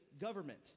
government